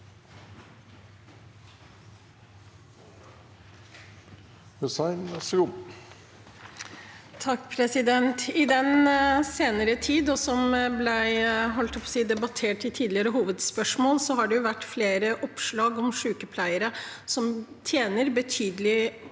I den senere tid, og som debattert under et tidligere hovedspørsmål, har det vært flere oppslag om sykepleiere som får betydelig